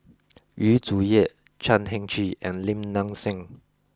Yu Zhuye Chan Heng Chee and Lim Nang Seng